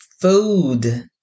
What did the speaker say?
food